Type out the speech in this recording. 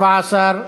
24,